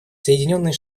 соединенные